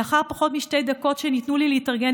לאחר פחות משתי דקות שניתנו לי להתארגן,